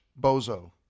bozo